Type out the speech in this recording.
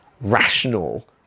rational